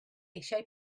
eisiau